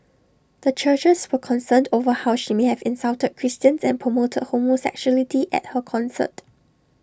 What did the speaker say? the churches were concerned over how she may have insulted Christians and promoted homosexuality at her concert